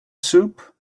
soup